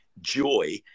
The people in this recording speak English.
joy